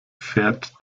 fährt